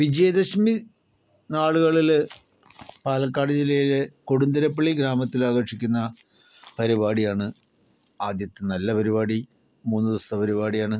വിജയദശമി നാളുകളില് പാലക്കാട് ജില്ലയില് കൊടുന്തുരപ്പള്ളി ഗ്രാമത്തില് ആഘോഷിക്കുന്ന പരിപാടിയാണ് ആദ്യത്തെ നല്ല പരിപാടി മൂന്നു ദിവസത്തെ പരിപാടിയാണ്